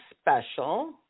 special